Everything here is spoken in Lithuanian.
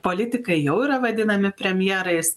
politikai jau yra vadinami premjerais